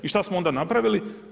I šta smo onda napravili?